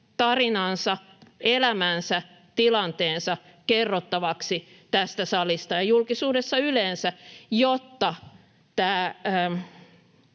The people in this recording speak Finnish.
tarinansa, elämänsä, tilanteensa kerrottavaksi tästä salista ja julkisuudessa yleensä, jotta tämä